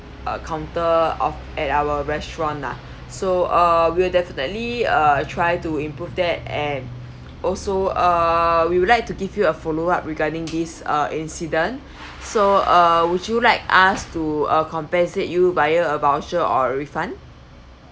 uh counter of at our restaurant lah so uh we'll definitely uh try to improve that and also uh we would like to give you a follow up regarding this uh incident so uh would you like us to uh compensate you via a voucher or refund